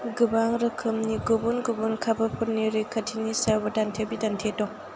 गोबां रोखोमनि गुबुन गुबुन खाबुफोरनि रैखाथिनि सायावबो दान्थे बिदान्थे दं